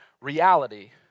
reality